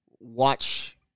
watch